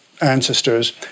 ancestors